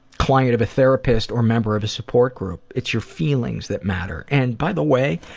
client of a therapist or member of a support group. it's your feelings that matter. and, by the way,